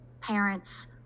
parents